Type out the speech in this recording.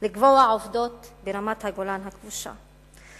לקבוע עובדות ברמת-הגולן הכבושה.